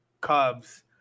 Cubs